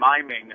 miming